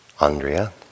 Andrea